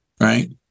right